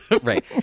Right